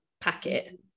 packet